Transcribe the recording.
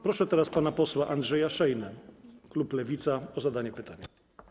Proszę teraz pana posła Andrzeja Szejnę, klub Lewica, o zadanie pytania.